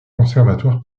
conservatoire